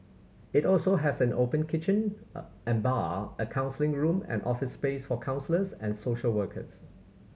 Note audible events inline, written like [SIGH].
it also has an open kitchen [UNINTELLIGIBLE] and bar a counselling room and office space for counsellors and social workers